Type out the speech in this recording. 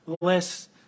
less